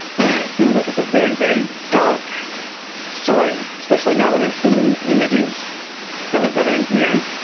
and it seems like it's a very, very dark story. especially now that i'm seeing these images from it, that are in here.